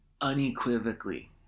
unequivocally